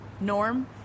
Norm